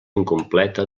incompleta